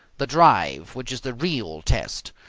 the drive, which is the real test,